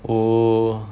oh